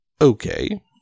Okay